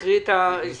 תקריא את הסתייגות.